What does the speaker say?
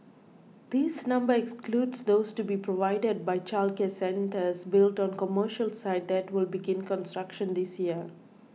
this number excludes those to be provided by childcare centres built on commercial sites that will begin construction this year